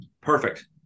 Perfect